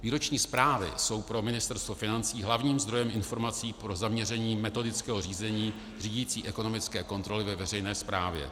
Výroční zprávy jsou pro Ministerstvo financí hlavním zdrojem informací pro zaměření metodického řízení řídicí ekonomické kontroly ve veřejné správě.